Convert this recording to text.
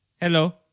hello